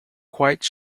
quite